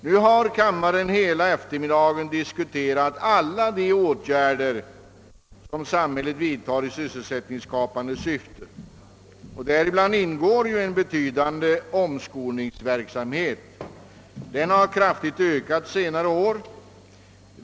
Nu har kammaren under hela eftermiddagen diskuterat alla de åtgärder som samhället vidtar i sysselsättningsskapande syfte. Däri ingår en betydande omskolningsverksamhet; denna har kraftigt vidgats under senare år.